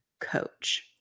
coach